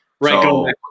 Right